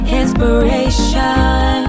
inspiration